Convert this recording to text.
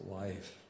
life